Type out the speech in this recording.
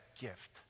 gift